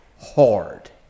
hard